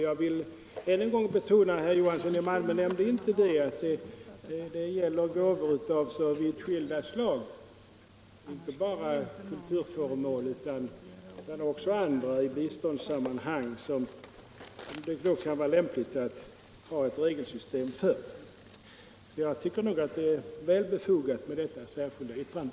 Jag vill än en gång betona, herr Johansson i Malmö, att det gäller gåvor av vitt skilda slag i ståndssammanhang, inte bara kulturföremål utan också annat som det kan vara lämpligt att ha ett regelsystem för. Jag tycker att det är väl befogat med detta särskilda yttrande.